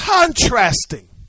contrasting